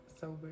sober